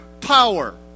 power